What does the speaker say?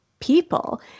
people